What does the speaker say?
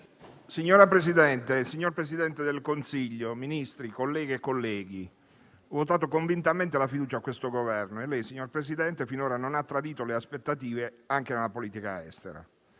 Signora Presidente, signor Presidente del Consiglio, Ministri, colleghe e colleghi, ho votato convintamente la fiducia a questo Governo e lei, signor Presidente, finora non ha tradito le aspettative, anche nella politica estera.